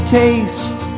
taste